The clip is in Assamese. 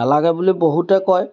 নালাগে বুলি বহুতে কয়